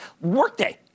Workday